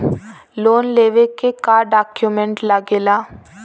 Loan लेवे के का डॉक्यूमेंट लागेला?